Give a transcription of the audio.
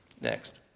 next